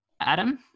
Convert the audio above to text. Adam